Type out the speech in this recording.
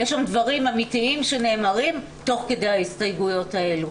יש שם דברים אמיתיים שנאמרים תוך כדי ההסתייגויות האלה,